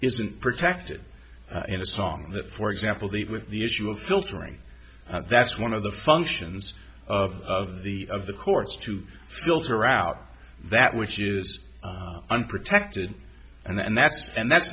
isn't protected in a song that for example the with the issue of filtering that's one of the functions of of the of the courts to filter out that which is unprotected and that's and that's